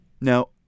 Now